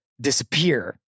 disappear